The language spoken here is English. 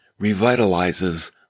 revitalizes